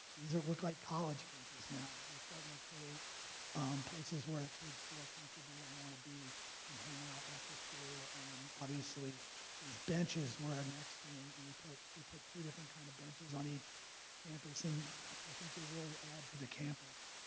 these are look like college campus now. we're starting to create places where the kids feel comfortable and want to be hanging out after school and obviously these benches were next thing and we put we put two different kind of benches on each campus, and i think they really add to the campus